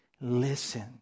listen